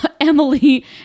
Emily